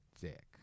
dick